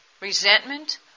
resentment